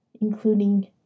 including